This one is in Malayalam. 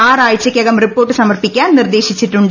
ആറ് ആഴ്ചയ്ക്കകം റിപ്പോർട്ട് സമർപ്പിക്കാൻ നിർദ്ദേശിച്ചിട്ടുണ്ട്